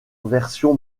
version